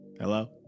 Hello